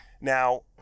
Now